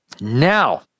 Now